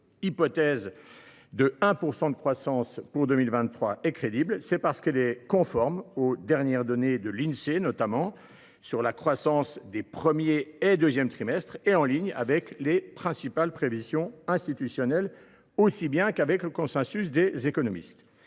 hypothèse de 1 % de croissance pour 2023 est crédible, c’est parce qu’elle est conforme aux dernières données de l’Insee sur la croissance des premier et deuxième trimestres et en ligne avec les principales prévisions institutionnelles aussi bien qu’avec le consensus des économistes.